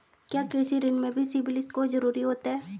क्या कृषि ऋण में भी सिबिल स्कोर जरूरी होता है?